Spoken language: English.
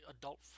adult